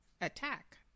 Attack